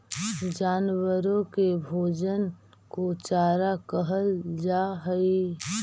जानवरों के भोजन को चारा कहल जा हई